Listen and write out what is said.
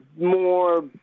more